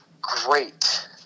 great